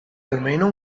almeno